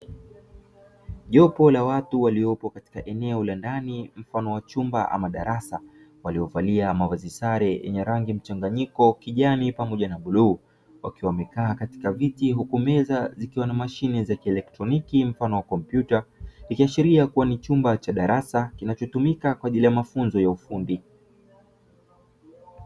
Jopo la watu waliopo katika eneo la ndani mfano wa chumba ama darasa waliovalia mavazi sare yenye rangi ya mchanganyiko kijani pamoja na bluu, wakiwa wamekaa katika viti huku meza zikiwa na mashine za kielektroniki mfano wa kompyuta, ikiashiria kuwa ni chumba cha darasa kinachotumika kwa ajili ya mafunzo ya ufundi.